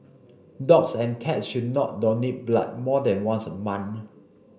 dogs and cats should not donate blood more than once a month